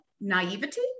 naivety